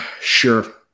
Sure